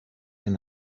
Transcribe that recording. and